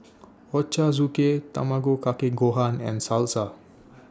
Ochazuke Tamago Kake Gohan and Salsa